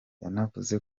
yanavuze